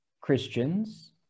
Christians